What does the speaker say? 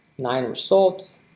nine results.